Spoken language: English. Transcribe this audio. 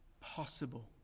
possible